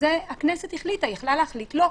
זה הכנסת החליטה, היא יכלה להחליט שלא.